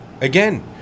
again